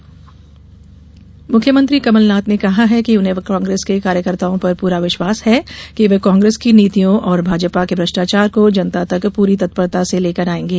कमलनाथ सभा मुख्यमंत्री कमलनाथ ने कहा है कि उन्हें कांग्रेस के कार्यकर्ताओं पर पूरा विश्वास है वे कांग्रेस की नीतियों और भाजपा के भ्रष्टाचार को जनता तक पूरी तत्परता से लेकर जायेंगे